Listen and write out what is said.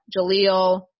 Jaleel